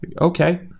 okay